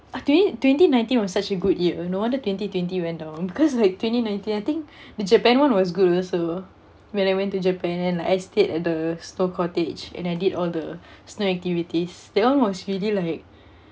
twen~ twenty nineteen was such a good year no wonder twenty twenty went down because like twenty nineteen I think the japan [one] was good also when I went to japan and then like I stayed at the stone cottage and I did all the snow activities that [one] was really like